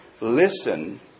listen